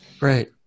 Right